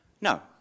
No